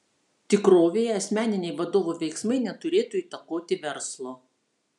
tikrovėje asmeniniai vadovo veiksmai neturėtų įtakoti verslo